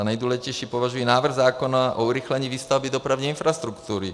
Za nejdůležitější považuji návrh zákona o urychlení výstavby dopravní infrastruktury.